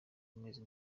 amezi